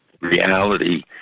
reality